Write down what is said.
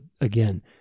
again